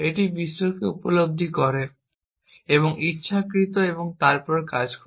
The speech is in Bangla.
এটি বিশ্বকে উপলব্ধি করে এবং ইচ্ছাকৃত এবং তারপর কাজ করে